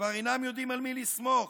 כבר אינם יודעים על מי לסמוך.